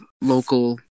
local